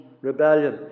rebellion